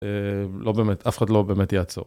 לא באמת, אף אחד לא באמת יעצור.